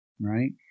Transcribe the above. right